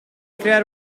creare